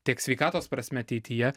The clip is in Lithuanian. tiek sveikatos prasme ateityje